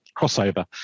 crossover